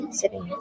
sitting